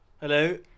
Hello